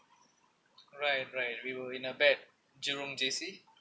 right right we were in a bad jurong J_C